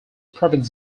prevents